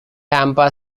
tampa